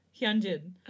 Hyunjin